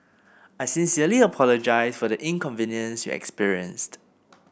I sincerely apologise for the inconvenience you experienced